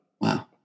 Wow